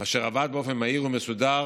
אשר עבד באופן מהיר ומסודר